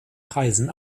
preisen